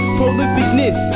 prolificness